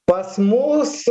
pas mus